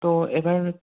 তো এবার